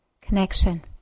connection